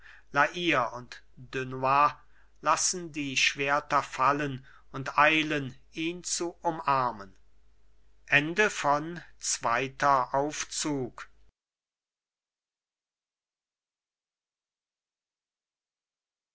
hire und dunois lassen die schwerter fallen und eilen ihn zu umarmen